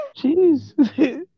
Jeez